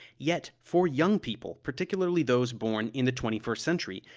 yet, for young people, particularly those born in the twenty first century,